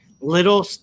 little